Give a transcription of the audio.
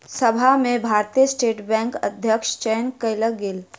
सभा में भारतीय स्टेट बैंकक अध्यक्षक चयन कयल गेल